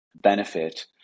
benefit